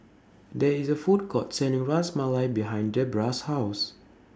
There IS A Food Court Selling Ras Malai behind Debrah's House